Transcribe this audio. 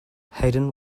hayden